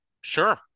Sure